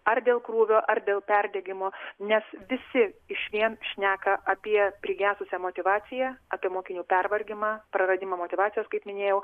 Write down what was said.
ar dėl krūvio ar dėl perdegimo nes visi išvien šneka apie prigesusią motyvaciją apie mokinių pervargimą praradimą motyvacijos kaip minėjau